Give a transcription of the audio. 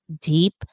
deep